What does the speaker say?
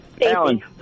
Alan